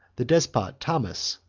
the despot thomas,